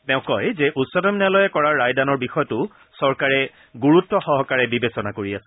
তেওঁ কয় যে উচ্চতম ন্যায়ালয়ে কৰা ৰায়দানৰ বিষয়টো চৰকাৰে গুৰুত্বসহকাৰে বিবেচনা কৰি আছে